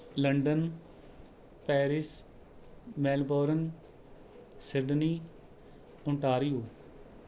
London Paris Melbourne Sydney Ontario